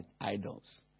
idols